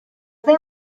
they